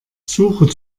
suche